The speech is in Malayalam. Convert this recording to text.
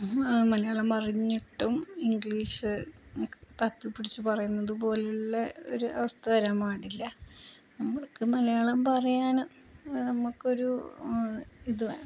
മലയാളം പറഞ്ഞിട്ടും ഇംഗ്ലീഷ് തപ്പിപ്പിടിച്ചു പറയുന്നതുപോലുള്ള ഒരു അവസ്ഥ വരാന് പാടില്ല നമ്മള്ക്കു മലയാളം പറയാന് നമുക്കൊരു ഇതു വേണം